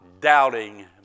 doubting